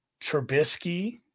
Trubisky